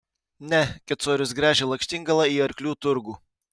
ne kecorius gręžia lakštingalą į arklių turgų